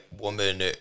woman